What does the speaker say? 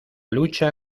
lucha